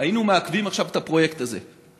היינו מעכבים את הפרויקט הזה,